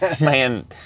Man